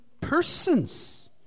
persons